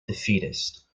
defeatist